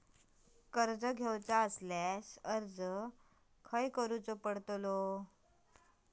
कर्ज घेऊचा असल्यास अर्ज खाय करूचो पडता?